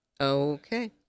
Okay